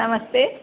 नमस्ते